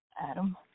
Adam